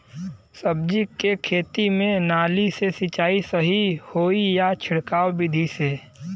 सब्जी के खेती में नाली से सिचाई सही होई या छिड़काव बिधि से?